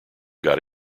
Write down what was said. got